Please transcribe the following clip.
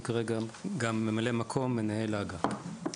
וכרגע גם ממלא מקום מנהל האגף.